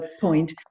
point